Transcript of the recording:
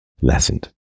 lessened